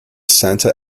santa